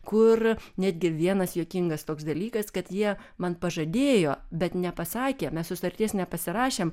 kur netgi vienas juokingas toks dalykas kad jie man pažadėjo bet nepasakė mes sutarties nepasirašėm